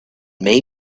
may